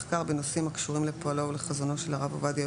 בנושאים הקשורים לפועלו ולחזונו של הרב עובדיה יוסף,